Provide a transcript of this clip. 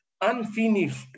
unfinished